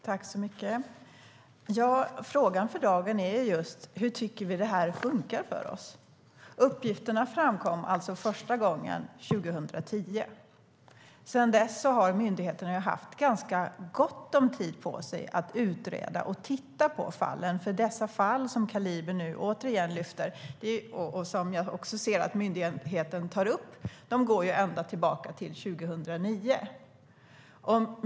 Herr talman! Frågan för dagen är just hur vi tycker att det här funkar för oss. Uppgifterna framkom alltså första gången 2010. Sedan dess har myndigheterna haft ganska gott om tid på sig att utreda och titta på fallen, för dessa fall som Kaliber nu återigen tar upp, och som jag också ser att myndigheten tar upp, går ju ända tillbaka till 2009.